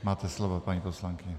Máte slovo, paní poslankyně.